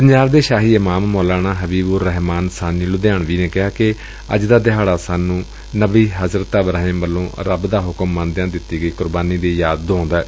ਪੰਜਾਬ ਦੇ ਸ਼ਾਹੀ ਇਮਾਮ ਮੌਲਾਣਾ ਹਬੀਬ ਉਰ ਰਹਿਮਾਨ ਸਾਨੀ ਲੁਧਿਆਣਵੀ ਨੇ ਕਿਹਾ ਕਿ ਅੱਜ ਦਾ ਦਿਹਾੜਾ ਸਾਨੂੰ ਨਬੀ ਹਜ਼ਰਤ ਇਬਰਾਹਿਮ ਵੱਲੋਂ ਰੱਬ ਦਾ ਹੁਕਮ ਮੰਨਦਿਆਂ ਦਿੱਤੀ ਗਈ ਕੁਰਬਾਨੀ ਦੀ ਯਾਦ ਦੁਆਉਂਦਾ ਏ